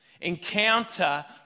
Encounter